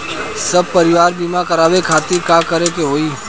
सपरिवार बीमा करवावे खातिर का करे के होई?